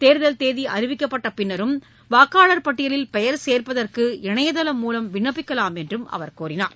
தேர்தல் தேதிஅறிவிக்கப்பட்டபின்னரும் வாக்காளர் பட்டியலில் பெயர் சேர்ப்பதற்கு இணையதளம் மூலம் விண்ணப்பிக்கலாம் என்றும் அவர் கூறினார்